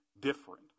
different